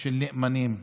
של נאמנים,